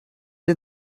did